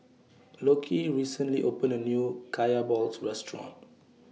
Lockie recently opened A New Kaya Balls Restaurant